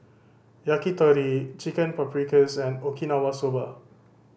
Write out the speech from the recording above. Yakitori Chicken Paprikas and Okinawa Soba